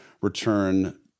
return